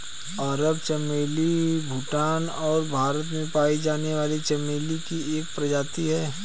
अरब चमेली भूटान और भारत में पाई जाने वाली चमेली की एक प्रजाति है